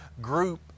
group